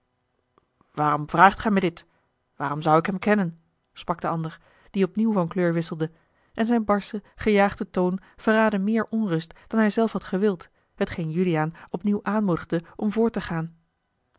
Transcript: waarom vraagt gij mij dit waarom zou ik hem kennen sprak de ander die opnieuw van kleur wisselde en zijn barsche gejaagde toon verraadde meer onrust dan hij zelf had gewild hetgeen juliaan opnieuw aanmoedigde om voort te gaan